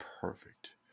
perfect